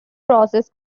process